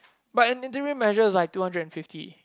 but an interim measure is like two hundred and fifty